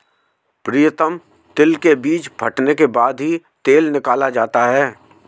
प्रीतम तिल के बीज फटने के बाद ही तेल निकाला जाता है